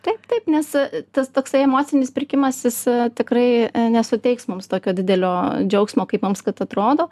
taip taip nes tas toksai emocinis pirkimas jis tikrai nesuteiks mums tokio didelio džiaugsmo kaip mums kad atrodo